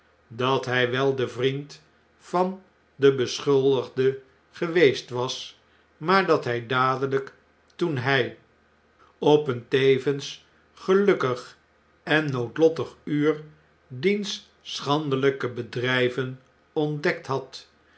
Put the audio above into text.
dat hij wel de vriend van den beschuldigde geweest was maar dat htj dadelijk toen hjj op een tevens gelukkig en noodlottig uur diens schandelijke bedrijven ontdekt had